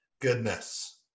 goodness